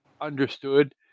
understood